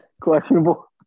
Questionable